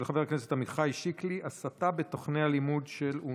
של חבר הכנסת עמיחי שיקלי: הסתה בתוכני הלימוד של אונר"א.